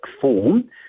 form